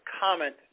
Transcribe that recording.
comment